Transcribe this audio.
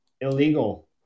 illegal